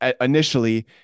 initially